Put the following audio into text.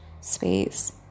space